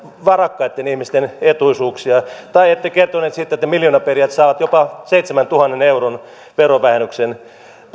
varakkaitten ihmisten etuisuuksia tai miksi ette kertonut siitä että miljoonaperijät saavat jopa seitsemäntuhannen euron verovähennyksen